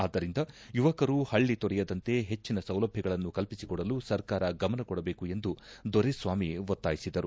ಆದ್ದರಿಂದ ಯುವಕರು ಪಳ್ಳ ತೊರೆಯದಂತೆ ಹೆಚ್ಚಿನ ಸೌಲಭ್ಯಗಳನ್ನು ಕಲ್ಪಿಸಿಕೊಡಲು ಸರ್ಕಾರ ಗಮನ ಕೊಡಬೇಕು ಎಂದು ದೊರೆಸ್ವಾಮಿ ಒತ್ತಾಯಿಸಿದರು